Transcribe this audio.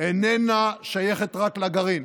איננה שייכת רק לגרעין.